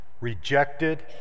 rejected